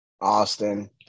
Austin